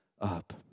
up